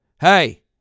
Hey